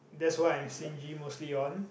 that's why I'm stingy mostly on